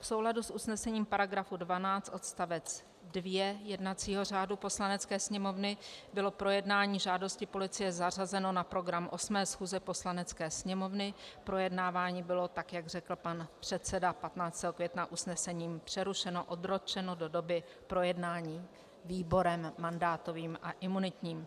V souladu s usnesením § 12 odst. 2 jednacího řádu Poslanecké sněmovny bylo projednání žádosti policie zařazeno na program 8. schůze Poslanecké sněmovny, projednávání bylo tak, jak řekl pan předseda 15. května usnesením přerušeno, odročeno do doby projednání výborem mandátovým a imunitním.